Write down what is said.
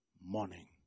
morning